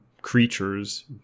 creatures